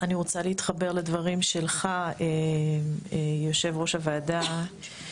אני רוצה להתחבר לדברים שלך, יושב-ראש הוועדה,